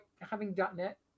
having.net